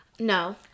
No